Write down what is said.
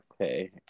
okay